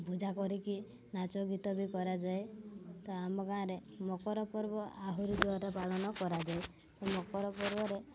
ପୂଜା କରିକି ନାଚଗୀତ ବି କରାଯାଏ ତ ଆମ ଗାଁ'ରେ ମକର ପର୍ବ ଆହୁରି ଜୋରେ ପାଳନ କରାଯାଏ ମକର ପର୍ବରେ